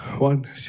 One